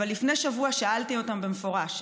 לפני שבוע שאלתי אותם במפורש.